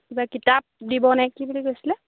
কিবা কিতাপ দিব নে কি বুলি কৈছিলে